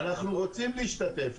אנחנו רוצים להשתתף,